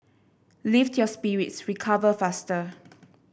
lift your spirits recover faster